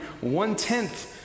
one-tenth